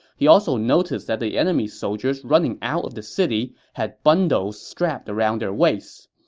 he also noticed that the enemy soldiers running out of the city had bundles strapped around their waists.